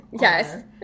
Yes